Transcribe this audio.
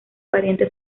pariente